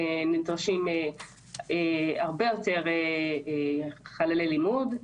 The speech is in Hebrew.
נדרשים הרבה יותר חללי לימוד,